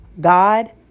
God